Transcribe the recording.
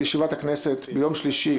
ישיבת הכנסת ביום שלישי,